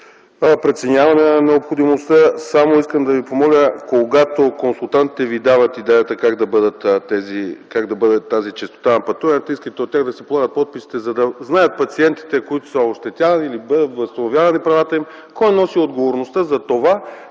преценяване на необходимостта. Искам да Ви помоля, когато консултантите Ви дават идеята, как да бъде тази честота на пътуванията, искайте от тях да си полагат подписите, за да знаят пациентите, които са ощетявани или бъдат възстановявани правата им, кой носи отговорността затова,